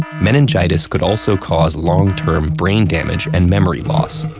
meningitis could also cause long-term brain damage and memory loss.